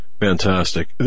Fantastic